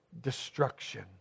destruction